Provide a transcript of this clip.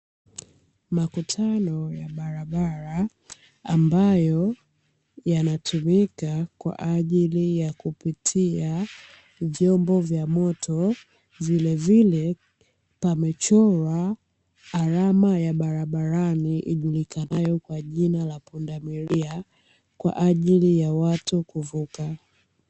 Makutano ya barabara ambayo yanatumika kwa ajili ya kupitia vyombo vya moto. Vilevile pamechora alama ya barabarani ijulikanayo kwa jina la pundamilia, kwa ajili ya watu kuvuka.